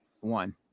one